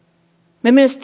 me myös